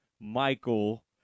Michael